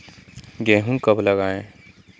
गेहूँ कब लगाएँ?